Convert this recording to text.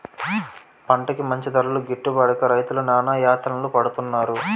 పంటకి మంచి ధరలు గిట్టుబడక రైతులు నానాయాతనలు పడుతున్నారు